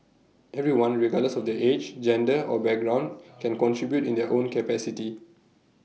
everyone regardless of their age gender or background can contribute in their own capacity